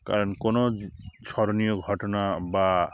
কারণ কোনও স্মরণীয় ঘটনা বা